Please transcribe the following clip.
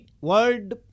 World